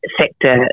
sector